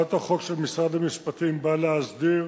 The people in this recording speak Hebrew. הצעת החוק של משרד המשפטים באה להסדיר